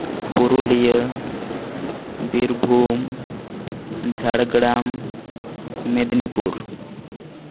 Purulia Birbhum Jhargram Medinipur